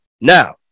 Now